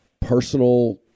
personal